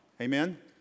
Amen